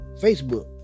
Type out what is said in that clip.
Facebook